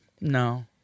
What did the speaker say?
No